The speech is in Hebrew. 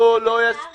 לא, לא יספיקו.